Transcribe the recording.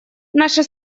наша